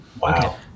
Wow